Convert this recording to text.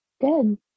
good